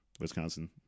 Wisconsin